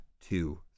two